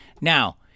Now